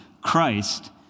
Christ